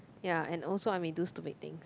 ya and also I may do stupid things